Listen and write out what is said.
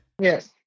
Yes